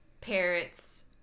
Parents